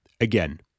Again